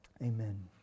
amen